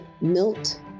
Milt